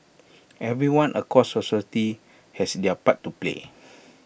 everyone across society has their part to play